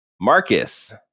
Marcus